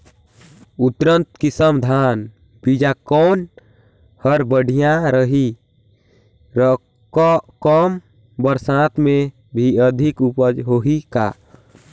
उन्नत किसम धान बीजा कौन हर बढ़िया रही? कम बरसात मे भी अधिक उपज होही का?